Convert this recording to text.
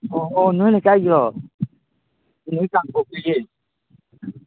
ꯑꯣ ꯅꯣꯏ ꯂꯩꯀꯥꯏꯒꯤꯔꯣ ꯅꯣꯏ ꯀꯥꯡꯄꯣꯛꯄꯤꯒꯤ